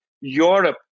Europe